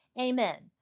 amen